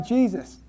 Jesus